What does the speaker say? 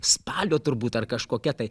spalio turbūt ar kažkokia tai